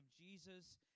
Jesus